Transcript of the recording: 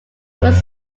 was